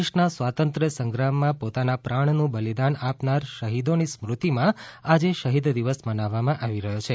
દેશના સ્વાતંત્ર્ય સંગ્રામમાં પોતાના પ્રાણનું બલિદાન આપનાર શહિદોની સ્મૃતિમાં આજે શહિદ દિવસ મનાવવામાં આવી રહયો છે